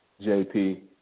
JP